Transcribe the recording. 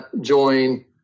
join